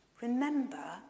Remember